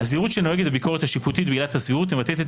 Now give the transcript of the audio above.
הזהירות הנוהגת בביקורת שיפוטית בעילת הסבירות מבטאת את